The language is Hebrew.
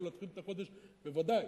לא להתחיל את החודש, ודאי.